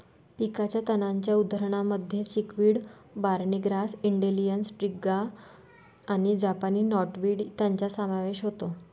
पिकाच्या तणांच्या उदाहरणांमध्ये chickweed, barnyard grass, dandelion, striga आणि जपानी नॉटवीड यांचा समावेश होतो